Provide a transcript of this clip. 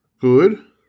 Good